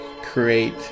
create